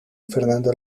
fernando